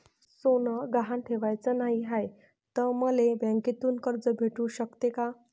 सोनं गहान ठेवाच नाही हाय, त मले बँकेतून कर्ज भेटू शकते का?